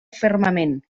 fermament